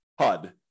HUD